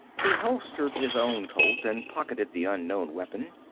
he holstered his own colt and pocketed the unknown weapon.